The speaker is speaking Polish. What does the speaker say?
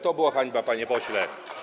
To była hańba, panie pośle.